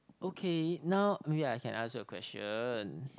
okay now maybe I can ask you a question